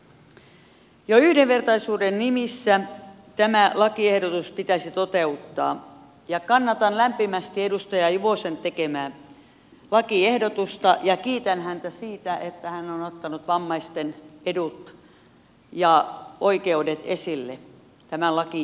jo yhdenvertaisuuden nimissä tämä lakiehdotus pitäisi toteuttaa ja kannatan lämpimästi edustaja juvosen tekemää lakiehdotusta ja kiitän häntä siitä että hän on ottanut vammaisten edut ja oikeudet esille tämän lakiesityksen myötä